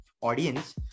audience